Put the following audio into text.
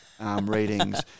readings